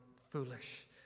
foolish